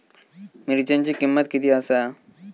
मिरच्यांची किंमत किती आसा?